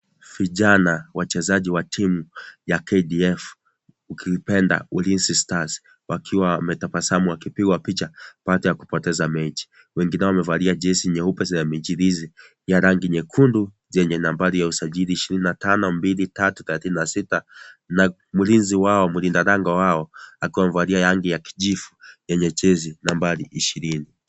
Vijana wachezaji wa timu ya KDF ukipenda Ulinzi Stars wakiwa wametabasamu wakipiga picha baada ya kupoteza mechi, wengine wao wamevalia jezi nyeupe za michirizi ya rangi nyekundu yenye nambari ya usajili ishirini na tano, mbili, tatu, thelathini na sita na mlinzi wao mlinda lango wao akiwa amevalia rangi ya kijivu yenye jezi nambari ishirini.